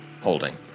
holding